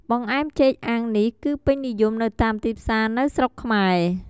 បង្អែមចេកអាំងនេះគឹពេញនិយមនៅតាមទីផ្សារនៅស្រុកខ្មែរ។